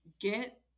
get